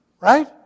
Right